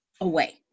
away